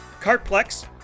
Cartplex